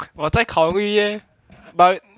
我在考虑 leh but